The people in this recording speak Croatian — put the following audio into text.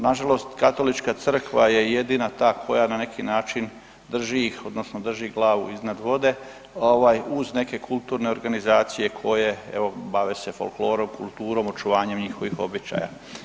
Nažalost katolička crkva je jedina ta koja na neki način drži ih odnosno drži glavu iznad vode ovaj uz neke kulturne organizacije koje evo bave se folklorom, kulturom očuvanjem njihovih običaja.